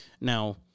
Now